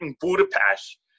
Budapest